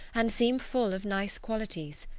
and seem full of nice qualities.